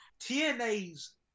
TNA's